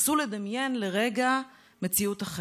נסו לדמיין לרגע מציאות אחרת,